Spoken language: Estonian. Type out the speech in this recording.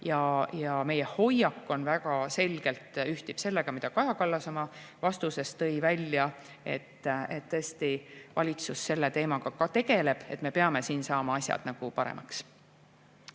Ja meie hoiak ühtib väga selgelt sellega, mida Kaja Kallas oma vastuses välja tõi. Tõesti, valitsus selle teemaga tegeleb, me peame siin saama asjad paremaks.